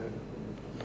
מסכים, אני עומד על מליאה.